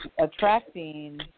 attracting